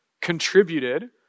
contributed